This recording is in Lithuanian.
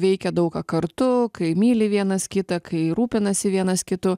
veikia daug ką kartu kai myli vienas kitą kai rūpinasi vienas kitu